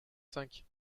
cinq